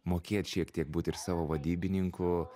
mokėt šiek tiek būti ir savo vadybininku